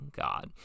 God